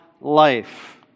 life